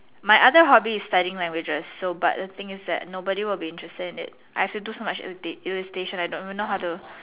my other hobby is studying languages so but the thing is that nobody will be interested in it I have to do some much in~ illustration I don't even know how to